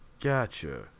Gotcha